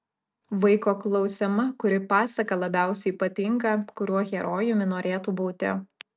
vaiko klausiama kuri pasaka labiausiai patinka kuriuo herojumi norėtų būti